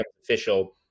official –